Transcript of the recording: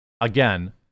Again